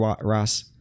Ross